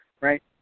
right